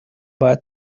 باید